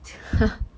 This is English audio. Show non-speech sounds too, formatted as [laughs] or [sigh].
[laughs]